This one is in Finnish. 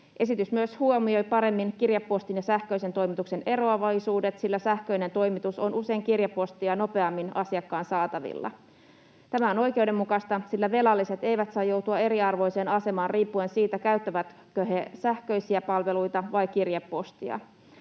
Esitys myös huomioi paremmin kirjepostin ja sähköisen toimituksen eroavaisuudet, sillä sähköinen toimitus on usein kirjepostia nopeammin asiakkaan saatavilla. Tämä on oikeudenmukaista, sillä velalliset eivät saa joutua eriarvoiseen asemaan riippuen siitä, käyttävätkö he sähköisiä palveluita vai kirjepostia.